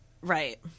Right